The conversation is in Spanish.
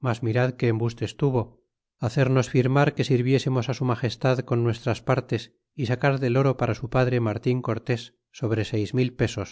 mas mirad qué embustes tuvo hacernos firmar que sirviésemos á su magestad con nuestras partes y sacar del oro para su padre martin cortés sobre seis mil pesos